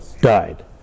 died